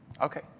Okay